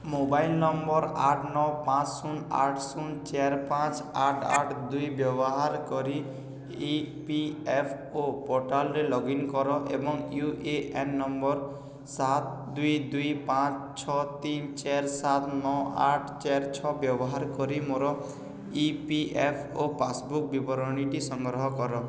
mobile number ଆଠ ନଅ ପାଞ୍ଚ ଶୂନ ଆଠ ଶୂନ ଚାରି ପାଞ୍ଚ ଆଠ ଆଠ ଦୁଇ ବ୍ୟବହାର କରି ଇ ପି ଏଫ୍ ଓ ପୋର୍ଟାଲ୍ରେ ଲଗ୍ ଇନ୍ କର ଏବଂ ୟୁ ଏ ଏନ୍ ନମ୍ବର ସାତ ଦୁଇ ଦୁଇ ପାଞ୍ଚ ଛଅ ତିନି ଚାରି ସାତ ନଅ ଆଠ ଚାରି ଛଅ ବ୍ୟବହାର କରି ମୋର E P F O passbook ବିବରଣୀଟି ସଂଗ୍ରହ କର